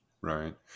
Right